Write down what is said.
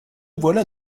voilà